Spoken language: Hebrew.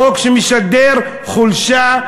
חוק שמשדר חולשה,